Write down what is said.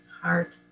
heart